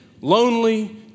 lonely